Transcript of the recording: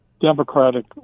Democratic